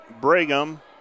Brigham